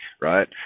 right